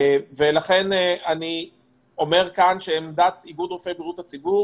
אני אומר כאן שעמדת איגוד רופאי בריאות הציבור